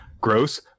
gross